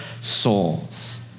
souls